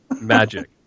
magic